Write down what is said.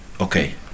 Okay